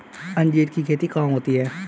अंजीर की खेती कहाँ होती है?